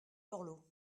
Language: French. borloo